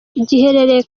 giherereye